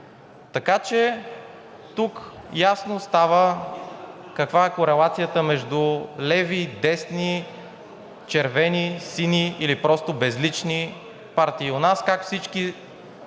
Така че тук става ясно каква е корелацията между леви, десни, червени, сини или просто безлични партии у нас, как всички